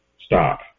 stop